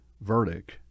verdict